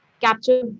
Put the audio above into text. capture